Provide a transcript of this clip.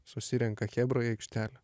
susirenka chebra į aikštelę